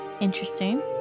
Interesting